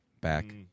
Back